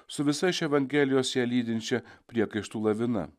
su visa iš evangelijos ją lydinčia priekaištų lavina